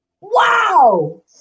Wow